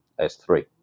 s3